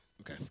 Okay